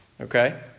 Okay